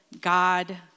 God